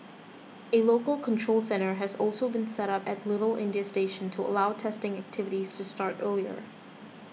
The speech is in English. a local control centre has also been set up at Little India station to allow testing activities to start earlier